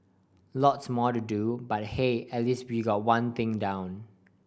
lots more to do but hey at least we've got one thing down